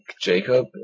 Jacob